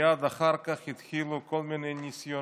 מייד אחר כך התחילו כל מיני ניסיונות